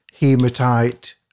hematite